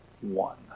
one